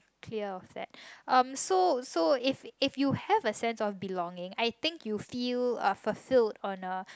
clear of that so so if if you have a sense of belonging I think you feel fulfilled on a